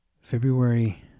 February